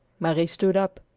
marie stood up.